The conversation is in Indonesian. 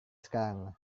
sekarang